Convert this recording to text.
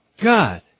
God